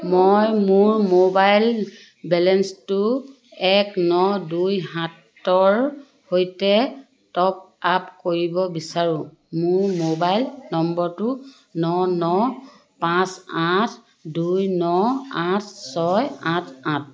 মই মোৰ মোবাইল বেলেন্সটো এক ন দুই সাতৰ সৈতে টপ আপ কৰিব বিচাৰোঁ মোৰ মোবাইল নম্বৰটো ন ন পাঁচ আঠ দুই ন আঠ ছয় আঠ আঠ